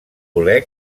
voler